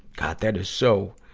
god, that is so,